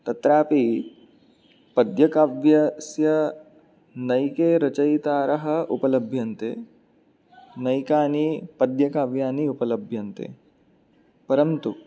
तत्रापि पद्यकाव्यस्य नैके रचयितारः उपलभ्यन्ते नैकानि पद्यकाव्यानि उपलभ्यन्ते परन्तु